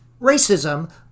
Racism